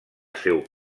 seu